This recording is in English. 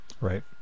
right